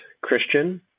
Christian